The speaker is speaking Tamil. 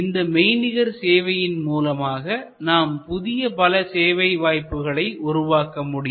இந்த மெய்நிகர் சேவையின் மூலமாக நாம் புதிய பல சேவை வாய்ப்புகளை உருவாக்க முடியும்